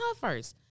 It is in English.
first